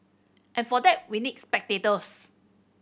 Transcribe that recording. and for that we need spectators